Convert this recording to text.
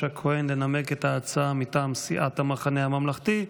הכהן לנמק את ההצעה מטעם סיעת המחנה הממלכתי.